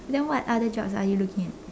then what other jobs are you looking at